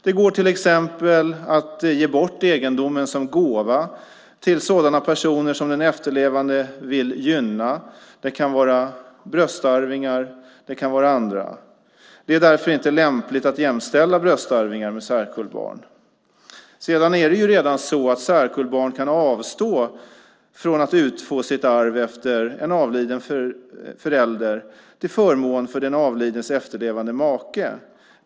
Det går till exempel att ge bort egendomen som gåva till sådana personer som den efterlevande vill gynna - det kan vara bröstarvingar eller andra. Det är därför inte lämpligt att jämställa bröstarvingar med särkullbarn. Det är redan så att särkullbarn kan avstå från att utfå sitt arv efter en avliden förälder till förmån för den avlidnes efterlevande make.